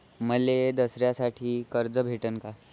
मले दसऱ्यासाठी कर्ज भेटन का?